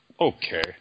Okay